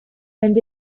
and